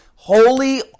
holy